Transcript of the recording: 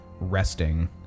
resting